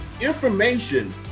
information